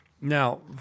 Now